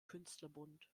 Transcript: künstlerbund